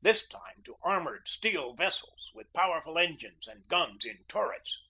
this time to armored steel vessels with powerful engines and guns in turrets.